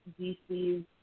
DC's